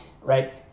right